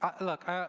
Look